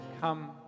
come